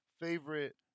favorite